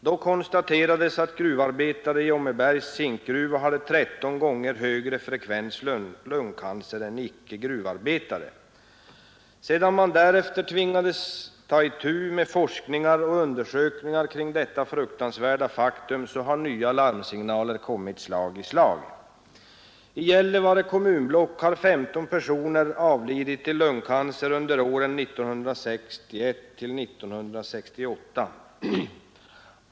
Då konstaterades att gruvarbetare i ÄÅmmebergs zinkgruva hade 13 gånger högre frekvens lungcancer än icke gruvarbetare Sedan man därefter tvingades ta itu med forskningar och undersökningar kring detta fruktansvärda faktum har nya larmsignaler kommit slag i slag. I Gällivare kommunblock har 15 personer avlidit i lungcancer under åren 1961—1968.